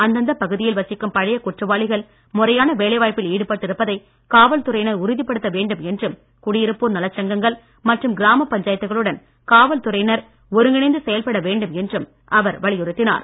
அந்தந்த பகுதியில் வசிக்கும் பழைய குற்றவாளிகள் முறையான வேலைவாய்ப்பில் ஈடுபட்டு இருப்பதை காவல்துறையினர் உறுதிப்படுத்த வேண்டும் என்றும் குடியிருப்போர் நலச் சங்கங்கள் மற்றும் கிராமப் பஞ்சாயத்துகளுடன் காவல்துறையினர் ஒருங்கிணைந்து செயல்பட வேண்டும் என்றும் அவர் வலியுறுத்தினார்